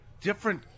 different